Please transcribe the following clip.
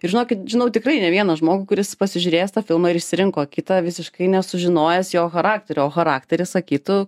žinokit žinau tikrai ne vieną žmogų kuris pasižiūrėjęs tą filmą ir išsirinko akitą visiškai nesužinojęs jo charakterio o charakteris akitų